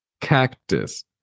cactus